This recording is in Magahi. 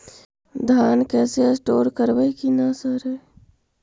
धान कैसे स्टोर करवई कि न सड़ै?